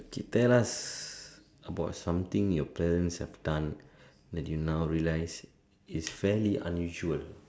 okay tell us about something your parents have done that you now realise is fairly unusual